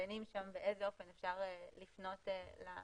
מציינים שם באיזה אופן אפשר לפנות למשרד,